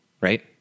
right